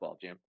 Jim